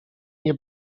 nie